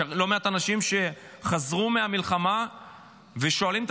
יש לא מעט אנשים שחזרו מהמלחמה ושואלים את